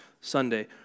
Sunday